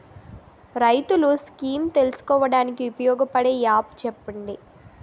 రైతులు స్కీమ్స్ తెలుసుకోవడానికి ఉపయోగపడే యాప్స్ చెప్పండి?